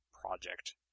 project